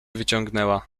wyciągnęła